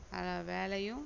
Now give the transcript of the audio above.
அதுதான் வேலையும்